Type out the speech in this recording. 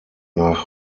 nach